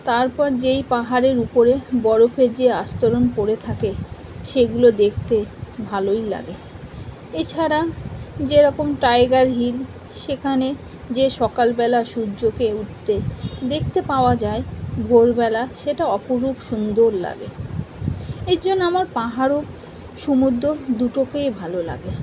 তারপর যেই পাহাড়ের উপরে বরফের যে আস্তরণ পড়ে থাকে সেগুলো দেখতে ভালোই লাগে এছাড়া যেরকম টাইগার হিল সেখানে যে সকালবেলা সূর্যকে উঠতে দেখতে পাওয়া যায় ভোরবেলা সেটা অপরূপ সুন্দর লাগে এর জন্য আমার পাহাড় ও সমুদ্র দুটোকেই ভালো লাগে